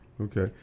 Okay